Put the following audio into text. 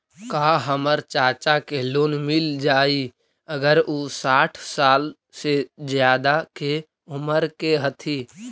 का हमर चाचा के लोन मिल जाई अगर उ साठ साल से ज्यादा के उमर के हथी?